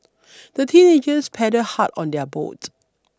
the teenagers paddled hard on their boat